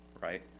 Right